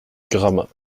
gramat